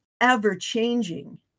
ever-changing